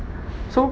so